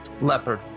leopard